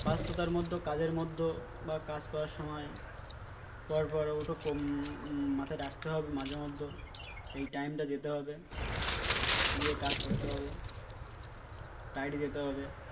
বাস্ততার মধ্যে কাজের মধ্যে বা কাজ করার সময় পর পর ওটো মাথায় রাখতে হবে মাঝে মধ্যে এই টাইমটা যেতে হবে গিয়ে কাজ করতে হবে টাইড যেতে হবে